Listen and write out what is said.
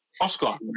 Oscar